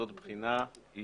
הוא לא יכול לשבת בוועדת בחינה.